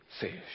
fish